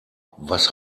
was